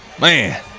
Man